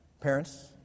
Parents